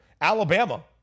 alabama